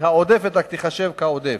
ורק העודפת תיחשב כעודף.